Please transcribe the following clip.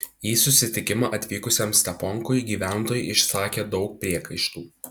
į susitikimą atvykusiam steponkui gyventojai išsakė daug priekaištų